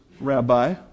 rabbi